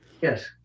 yes